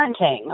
parenting